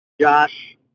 josh